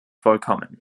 vollkommen